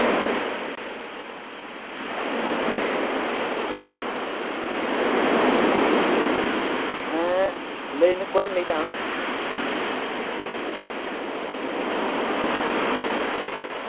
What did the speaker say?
ᱦᱮᱸ ᱞᱟᱹᱭᱢᱮ ᱚᱠᱚᱭᱮᱢ ᱞᱟᱹᱭᱫᱟ ᱟᱢ